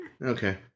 Okay